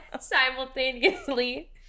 simultaneously